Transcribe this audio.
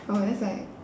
oh that's like